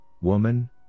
woman